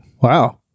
Wow